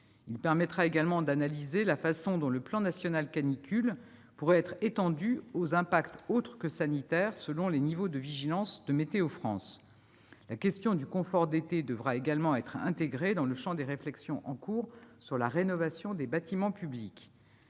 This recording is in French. Il permettra également d'analyser la façon dont le plan national canicule pourrait être étendu aux impacts autres que sanitaires selon les niveaux de vigilance de Météo France. La question du confort d'été devra également être intégrée dans le champ des réflexions en cours sur la rénovation des bâtiments publics.